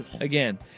Again